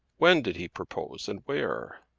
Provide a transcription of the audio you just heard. when did he propose and where?